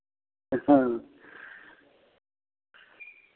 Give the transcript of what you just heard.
हाँ